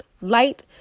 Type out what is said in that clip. light